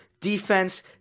defense